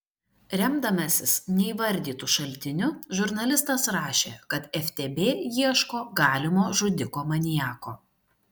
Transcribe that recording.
remdamasis neįvardytu šaltiniu žurnalistas rašė kad ftb ieško galimo žudiko maniako